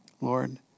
Lord